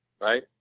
Right